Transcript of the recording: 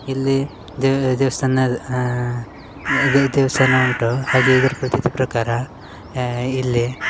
ಇಲ್ಲಿ ದೇವ್ಸ್ಥಾನದ ಅದೇ ದೇವಸ್ಥಾನ ಉಂಟು ಹಾಗೆ ಇದ್ರ ಪ್ರತೀತಿ ಪ್ರಕಾರ ಯಾ ಇಲ್ಲಿ